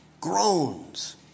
groans